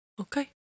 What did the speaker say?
Okay